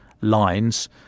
lines